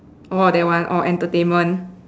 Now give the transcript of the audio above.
oh that one oh entertainment